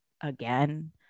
again